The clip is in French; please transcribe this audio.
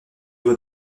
doit